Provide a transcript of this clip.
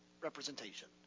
representation